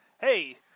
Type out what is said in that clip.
Hey